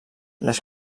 les